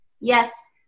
Yes